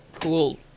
cool